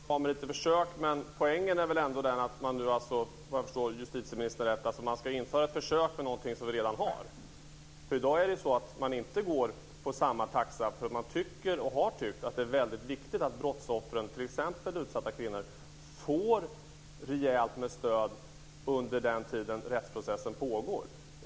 Fru talman! Det är bra med lite försök. Men poängen är väl ändå att man nu, om jag förstår justitieministern rätt, ska införa ett försök med något som vi redan har. I dag går de ju inte på samma taxa därför att man tycker, och har tyckt, att det är väldigt viktigt att brottsoffren, t.ex. utsatta kvinnor, får rejält med stöd under den tid som rättsprocessen pågår.